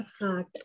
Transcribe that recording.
heart